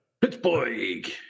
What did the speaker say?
Pittsburgh